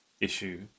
issue